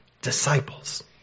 disciples